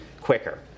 quicker